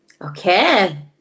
Okay